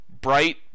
bright